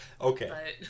okay